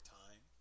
time